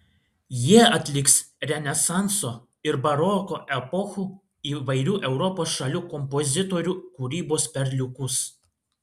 jie atliks renesanso ir baroko epochų įvairių europos šalių kompozitorių kūrybos perliukus